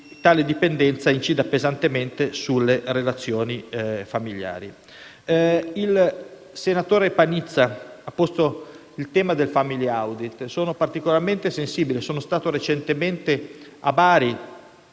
tale dipendenza incida pesantemente sulle relazioni familiari. Il senatore Panizza ha posto il tema del *family audit*, rispetto al quale sono particolarmente sensibile. Sono stato recentemente a Bari: